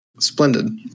Splendid